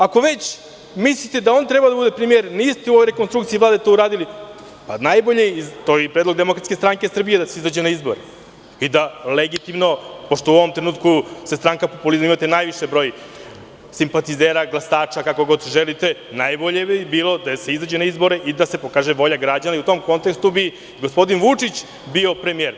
Ako već mislite da on treba da bude premijer, niste u ovoj rekonstrukciji Vlade to uradili, pa najbolje je, to je i predlog Demokratske stranke Srbije da se izađe na izbore i da legitimno, pošto u ovom trenutku ste stranka koja najviše broji simpatizera, glasača, kako god želite, najbolje bi bilo da se izađe na izbore i da se pokaže volja građana i u tom kontekstu bi gospodin Vučić bio premijer.